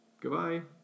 Goodbye